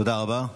תודה רבה.